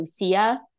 Lucia